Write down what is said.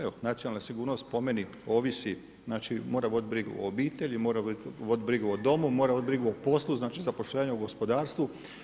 Evo nacionalna sigurnost po meni ovisi, znači mora voditi brigu o obitelji, mora voditi brigu o domu, mora voditi brigu o poslu, znači zapošljavanju u gospodarstvu.